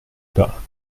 pas